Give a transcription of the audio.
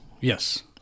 Yes